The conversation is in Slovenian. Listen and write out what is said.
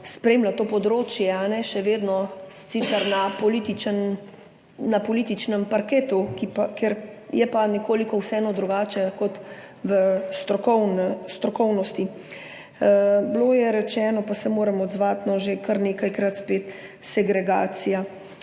spremlja to področje še vedno, sicer na političnem parketu, kjer je pa nekoliko vseeno drugače kot v strokovnosti. Bilo je rečeno že kar nekajkrat spet, pa se moram